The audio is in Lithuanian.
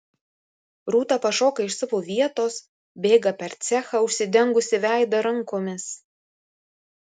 rūta pašoka iš savo vietos bėga per cechą užsidengusi veidą rankomis